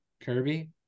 Kirby